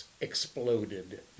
exploded